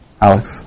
Alex